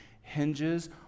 hinges